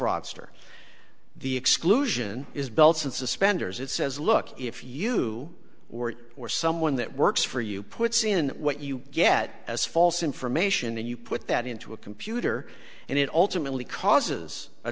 fraudster the exclusion is belts and suspenders it says look if you or it or someone that works for you puts in what you get as false information and you put that into a computer and it ultimately causes a